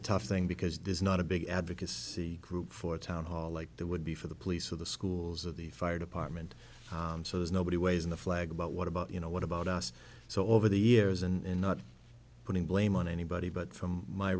a tough thing because there's not a big advocacy group for town hall like there would be for the police or the schools of the fire department so there's nobody ways in the flag about what about you know what about us so over the years and not putting blame on anybody but from my